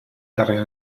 carrers